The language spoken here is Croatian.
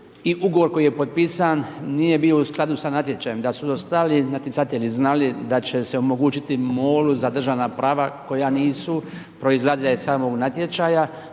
ugovor koji je potpisan nije bio u skladu sa natječajem. Da su …/Govornik se ne razumije./… natjecali znali, da će se održati MOL-u državna prava koja nisu, proizlaze iz samog natječaja,